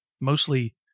mostly